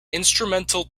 instrumental